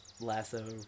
lasso